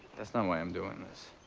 that's not why i am doing this.